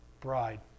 bride